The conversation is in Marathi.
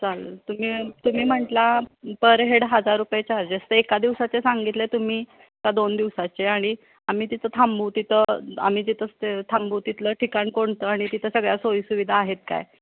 चालेल तुम्ही तुम्ही म्हटला पर हेड हजार रुपये चार्जेस तर एका दिवसाचे सांगितले तुम्ही का दोन दिवसाचे आणि आम्ही तिथं थांबू तिथं आम्ही तिथं थांबू तिथलं ठिकाण कोणतं आणि तिथं सगळ्या सोयीसुविधा आहेत काय